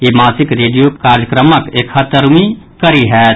ई मासिक रेडियो कार्यक्रमक एकहत्तरिवीं कड़ी होयत